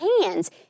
hands